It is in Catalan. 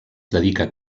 dedica